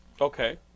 Okay